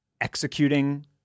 executing